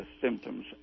symptoms